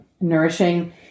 nourishing